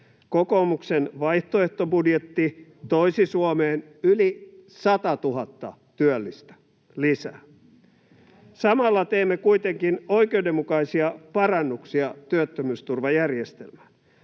kokoomuksen vaihtoehtobudjetti toisi Suomeen yli 100 000 työllistä lisää. Samalla teemme kuitenkin oikeudenmukaisia parannuksia työttömyysturvajärjestelmään.